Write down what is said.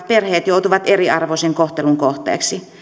perheet joutuvat eriarvoisen kohtelun kohteeksi